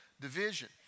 division